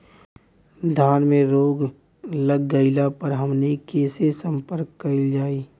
धान में रोग लग गईला पर हमनी के से संपर्क कईल जाई?